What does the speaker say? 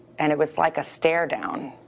and it was like a stare down.